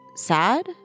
Sad